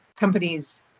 companies